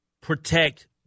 protect